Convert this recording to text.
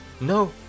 no